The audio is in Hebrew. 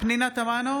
פנינה תמנו,